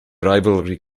rivalry